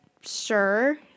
Sure